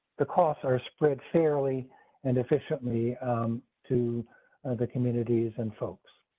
the costs are spread fairly and efficiently to the communities and folks.